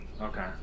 Okay